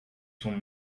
son